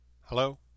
Hello